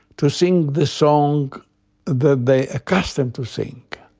to sing the song that they accustomed to sing.